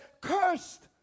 cursed